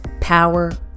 power